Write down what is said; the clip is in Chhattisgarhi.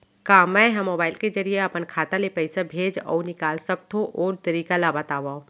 का मै ह मोबाइल के जरिए अपन खाता ले पइसा भेज अऊ निकाल सकथों, ओ तरीका ला बतावव?